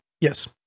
Yes